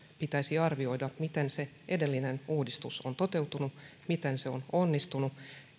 pitäisi arvioida miten se edellinen uudistus on toteutunut miten se on onnistunut